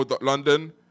London